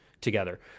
together